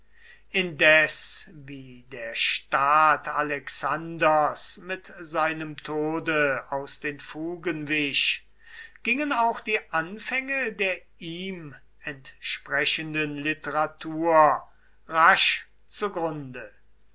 indes wie der staat alexanders mit seinem tode aus den fugen wich gingen auch die anfänge der ihm entsprechenden literatur rasch zugrunde